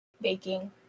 Baking